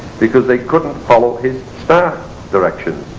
because they couldn't follow his star directions.